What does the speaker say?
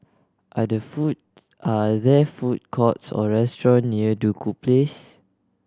are the foods are there food courts or restaurant near Duku Place